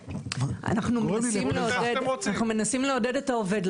אנחנו מנסים לעודד את העובד לעזוב בזמן.